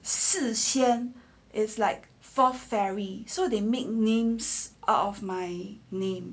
四仙 is like four fairies so they make names out of my name